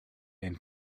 and